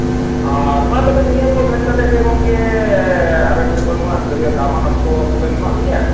ᱟᱨ ᱢᱟ ᱛᱚᱵᱮ ᱱᱤᱭᱟᱹ ᱠᱚ ᱢᱮᱱ ᱠᱟᱛᱮᱫ ᱜᱮ ᱜᱚᱝᱠᱮ ᱟᱵᱮᱱ ᱴᱷᱮᱱ ᱠᱷᱚᱱ ᱩᱱᱟᱹᱜ ᱫᱟᱢᱟᱱ ᱚᱠᱚᱛᱚ ᱠᱚ ᱵᱮᱱ ᱮᱢᱟᱫ ᱞᱤᱧᱟᱹ